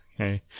Okay